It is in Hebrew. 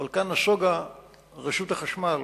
אבל כאן נסוגה רשות החשמל